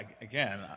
again